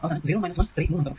അവസാനം 0 1 3 മൂന്നാമത്തെ റോ